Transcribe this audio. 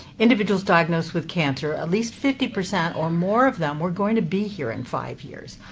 individuals diagnosed with cancer, at least fifty percent or more of them were going to be here in five years.